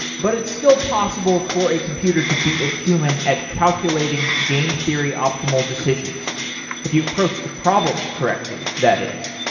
but it's still possible for a computer to beat a human at calculating game theory optimal decisions if you approach the problem correctly, that is.